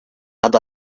had